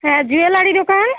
হ্যাঁ জুয়েলারি দোকান